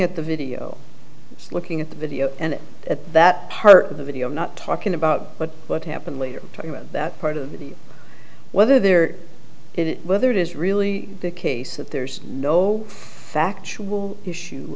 at the video looking at the video and at that part of the video i'm not talking about but what happened we're talking about that part of whether they're in whether it is really the case of there's no factual issue